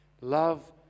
Love